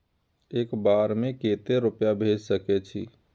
एक बार में केते रूपया भेज सके छी?